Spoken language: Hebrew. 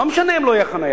לא משנה אם לא תהיה חנייה,